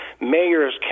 mayors